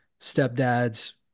stepdad's